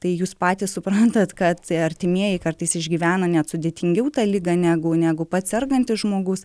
tai jūs patys suprantat kad artimieji kartais išgyvena net sudėtingiau tą ligą negu negu pats sergantis žmogus